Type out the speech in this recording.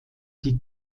die